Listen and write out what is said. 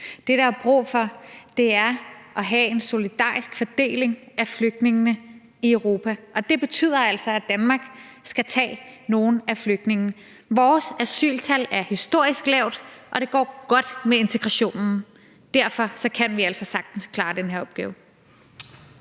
Det, der er brug for, er at have en solidarisk fordeling af flygtningene i Europa. Og det betyder altså, at Danmark skal tage nogle af flygtningene. Vores asyltal er historisk lavt, og det går godt med integrationen. Derfor kan vi altså sagtens klare den her opgave.